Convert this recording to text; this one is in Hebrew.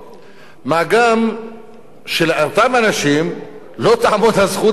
מה גם שלאותם אנשים לא תעמוד הזכות להתגונן.